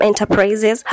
Enterprises